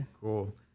Cool